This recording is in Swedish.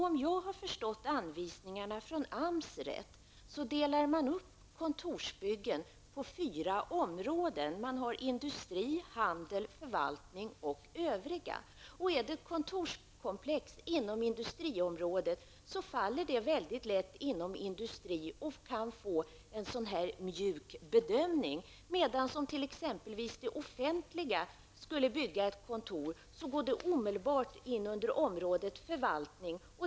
Om jag har förstått anvisningarna från AMS rätt delar man upp kontorsbyggen i fyra områden. Man har industri, handel, förvaltning och övriga. Är det ett kontorskomplex inom industriområdet, faller det mycket lätt inom industri och kan få en mjuk bedömning. Om det offentliga skulle bygga ett kontor förs det hela omedelbart till området förvaltning.